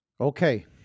okay